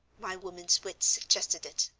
my woman's wit suggested it,